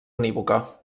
unívoca